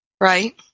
Right